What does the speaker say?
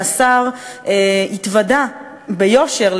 שהשר התוודה ביושר,